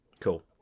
cool